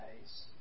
days